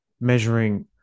measuring